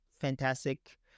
fantastic